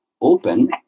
open